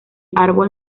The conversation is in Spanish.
árbol